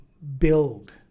build